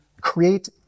create